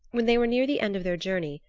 when they were near the end of their journey,